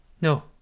No